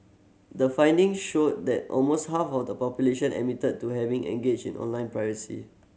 the findings showed that almost half of the population admitted to having engaged in online piracy